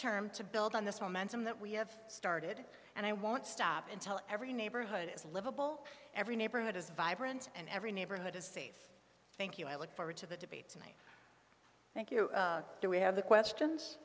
term to build on this momentum that we have started and i won't stop until every neighborhood is livable every neighborhood is vibrant and every neighborhood is safe thank you i look forward to the debates thank you do we have the questions